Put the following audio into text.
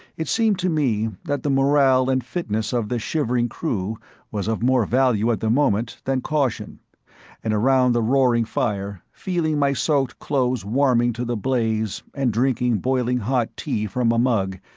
it seemed to me that the morale and fitness of the shivering crew was of more value at the moment than caution and around the roaring fire, feeling my soaked clothes warming to the blaze and drinking boiling hot tea from a mug,